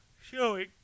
showing